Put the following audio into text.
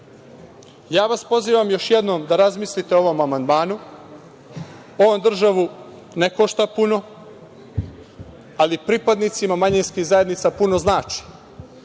vas pozivam još jednom da razmislite o ovom amandmanu. On državu ne košta puno, ali pripadnicima manjinskih zajednica puno znači.